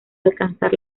alcanzar